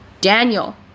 Daniel